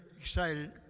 excited